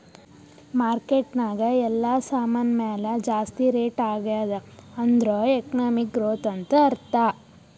market ನಾಗ್ ಎಲ್ಲಾ ಸಾಮಾನ್ ಮ್ಯಾಲ ಜಾಸ್ತಿ ರೇಟ್ ಆಗ್ಯಾದ್ ಅಂದುರ್ ಎಕನಾಮಿಕ್ ಗ್ರೋಥ್ ಅಂತ್ ಅರ್ಥಾ